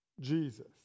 Jesus